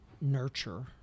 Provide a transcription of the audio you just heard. nurture